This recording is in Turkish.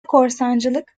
korsancılık